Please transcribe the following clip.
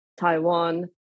Taiwan